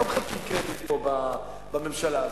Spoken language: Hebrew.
לא מחלקים קרדיט בממשלה הזאת,